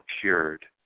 cured